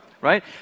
right